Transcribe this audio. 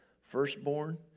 firstborn